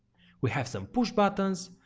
we have some push buttons,